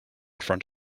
front